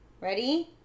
Ready